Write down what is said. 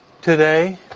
Today